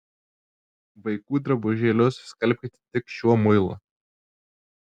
vaikų drabužėlius skalbkite tik šiuo muilu